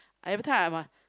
everytime I'm uh